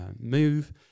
Move